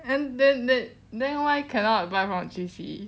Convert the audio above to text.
and then then then why cannot buy from three C_E